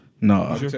No